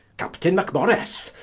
captaine mackmorrice,